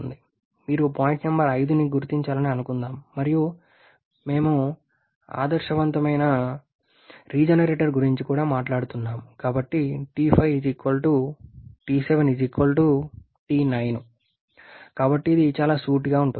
మీరు point number 5ని గుర్తించాలని అనుకుందాం మరియు మేము ఆదర్శవంతమైన రీజెనరేటర్ గురించి కూడా మాట్లాడుతున్నాము కాబట్టి కాబట్టి ఇది చాలా సూటిగా ఉంటుంది